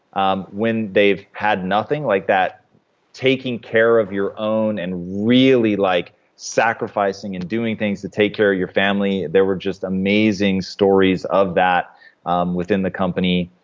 um when they've had nothing. like, that taking care of your own and really like sacrificing and doing things to take care of your family there were just amazing stories of that um within the company.